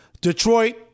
Detroit